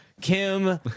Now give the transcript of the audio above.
Kim